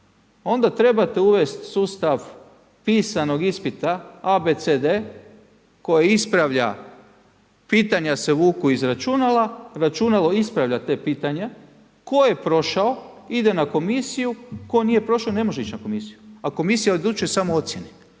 onda trebate uvesti sustav pisanog ispita a, b, c, d koje ispravlja, pitanja se vuku iz računala, računalo ispravlja ta pitanja. Tko je prošao ide na komisiju, tko nije prošao ne može ići na komisiju. A komisija odlučuje samo o ocjeni.